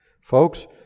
Folks